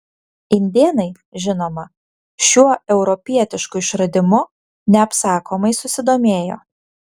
indėnai žinoma šiuo europietišku išradimu neapsakomai susidomėjo